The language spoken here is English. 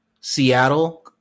Seattle